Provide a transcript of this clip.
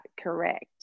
correct